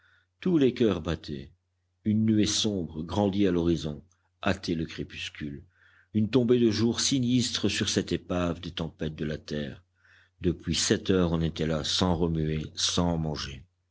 tous les coeurs battaient une nuée sombre grandie à l'horizon hâtait le crépuscule une tombée de jour sinistre sur cette épave des tempêtes de la terre depuis sept heures on était là sans remuer sans manger